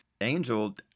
Angel